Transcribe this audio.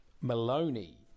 Maloney